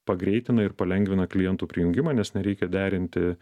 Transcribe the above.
pagreitina ir palengvina klientų prijungimą nes nereikia derinti